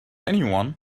anyone